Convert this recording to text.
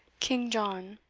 king john.